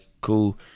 cool